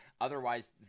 Otherwise